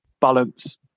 balance